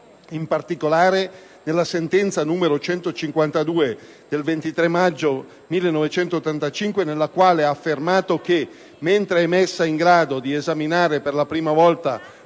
in particolare nella sentenza n. 152 del 23 maggio 1985, nella quale ha affermato che «mentre è messa in grado di esaminare per la prima volta